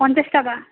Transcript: পঞ্চাশ টাকা